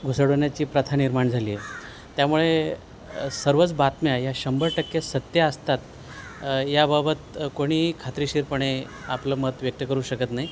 घुसडवण्याची प्रथा निर्माण झालीय त्यामुळे सर्वच बातम्या या शंभर टक्के सत्या असतात याबाबत कोणी खात्रीेशीरपणे आपलं मत व्यक्त करू शकत नाही